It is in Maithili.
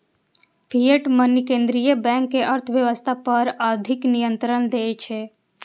फिएट मनी केंद्रीय बैंक कें अर्थव्यवस्था पर अधिक नियंत्रण दै छै